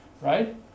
right